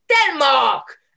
Denmark